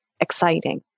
exciting